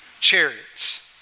chariots